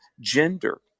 gender